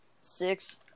six